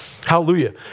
Hallelujah